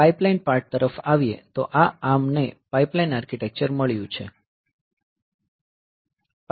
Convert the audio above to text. pipeline part તરફ આવીએ તો આ ARM ને પાઈપલાઈન આર્કિટેક્ચર મળ્યું હતું